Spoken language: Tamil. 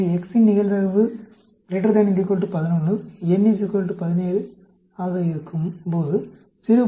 எனவே X இன் நிகழ்தகவு ≥ 11 n 17 ஆக இருக்கும்போது 0